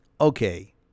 okay